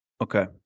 Okay